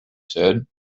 said